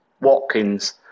Watkins